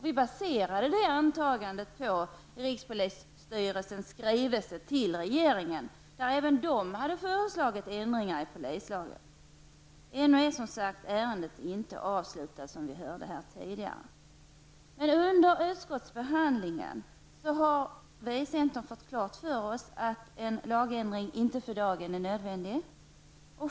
Antagandet baserades på rikspolisstyrelsens skrivelse till regeringen i vilken också hade föreslagits ändringar i polislagen. Ännu är detta ärende, som tidigare nämnts, inte avslutat. Under utskottsbehandlingen har vi i centern fått klart för oss att en lagändring inte för dagen är nödvändig.